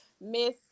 Miss